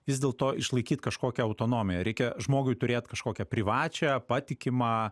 vis dėlto išlaikyt kažkokią autonomiją reikia žmogui turėt kažkokią privačią patikimą